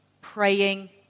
praying